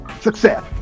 success